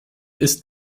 ist